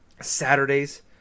Saturdays